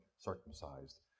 circumcised